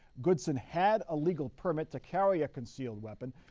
goodson had a legal permit to carry a concealed weapon.